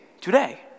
today